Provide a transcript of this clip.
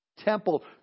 Temple